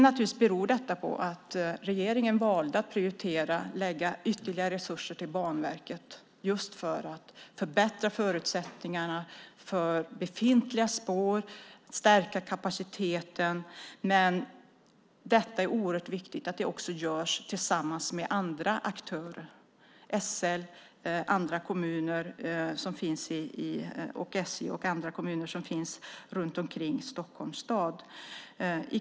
Naturligtvis beror detta på att regeringen valde att ge ytterligare resurser till Banverket för att förbättra förutsättningarna för befintliga spår och stärka kapaciteten. Det är oerhört viktigt att detta görs tillsammans med andra aktörer - SL, SJ och andra kommuner runt omkring Stockholms stad.